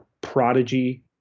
Prodigy